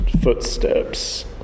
footsteps